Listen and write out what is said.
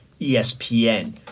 ESPN –